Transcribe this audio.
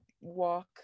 walk